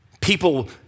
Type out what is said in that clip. people